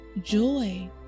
joy